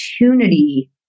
opportunity